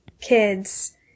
kids